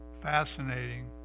Fascinating